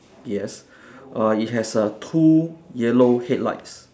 yes uh it has a two yellow headlights